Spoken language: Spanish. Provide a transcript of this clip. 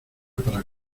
para